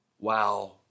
wow